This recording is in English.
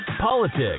politics